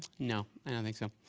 no. i don't think so.